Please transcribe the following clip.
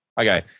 okay